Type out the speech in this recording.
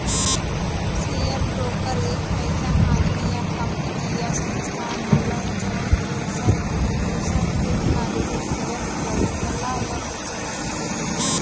share broker एक अइसन आदमी या कंपनी या संस्थान होला जौन दूसरे के खातिर शेयर खरीदला या बेचला